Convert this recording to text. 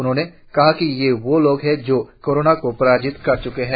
उन्होंने कहा कि ये वे लोग हैं जो कोरोना को पराजित कर च्के हैं